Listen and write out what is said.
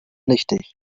nichtig